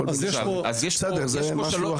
זה משהו אחר.